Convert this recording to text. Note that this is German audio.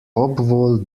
obwohl